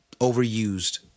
overused